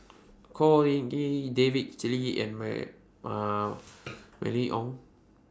Khor Ean Ghee David Lee and May Mylene Ong